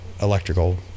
electrical